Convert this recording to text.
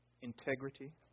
integrity